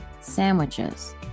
sandwiches